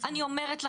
אני אומרת לכם,